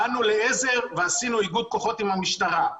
באנו לעזר ועשינו איגוד כוחות עם המשטרה.